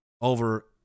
over